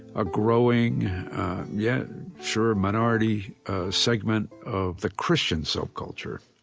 a growing yet, sure, minority segment of the christian subculture